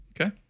Okay